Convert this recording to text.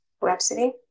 rhapsody